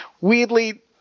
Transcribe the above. weirdly